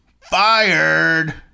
Fired